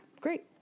great